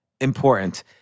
important